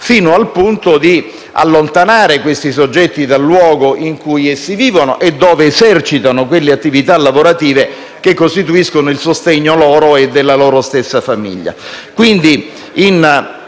fino al punto di allontanare questi soggetti dal luogo in cui essi vivono e dove esercitano quelle attività lavorative che costituiscono il loro sostegno e della loro stessa famiglia.